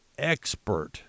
expert